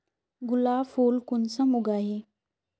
गुलाब फुल कुंसम उगाही?